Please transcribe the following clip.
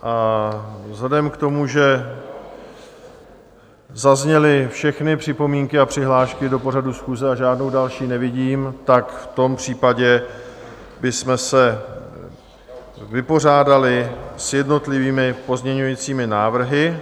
A vzhledem k tomu, že zazněly všechny připomínky a přihlášky do pořadu schůze a žádnou další nevidím, tak v tom případě bychom se vypořádali s jednotlivými pozměňovacími návrhy.